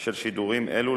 של שידורים אלו,